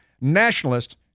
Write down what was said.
nationalist